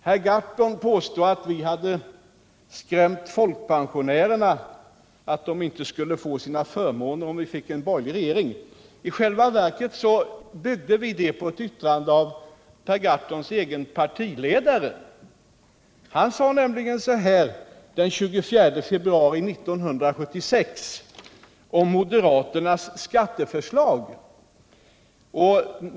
Herr Gahrton påstår att vi hade skrämt folkpensionärerna — att de inte skulle få sina förmåner om vi fick en borgerlig regering. I själva verket byggde vi det på ett yttrande av Per Gahrtons egen partiledare den 24 februari 1976 om moderaternas skatteförslag.